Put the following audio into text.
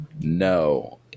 no